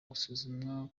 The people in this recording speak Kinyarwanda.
gusuzumwa